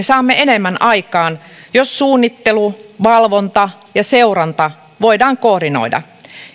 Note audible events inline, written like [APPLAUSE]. [UNINTELLIGIBLE] saamme enemmän aikaan jos suunnittelu valvonta ja seuranta voidaan koordinoida